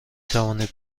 توانید